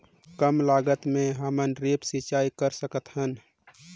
कम लागत मे हमन ड्रिप सिंचाई कर सकत हन?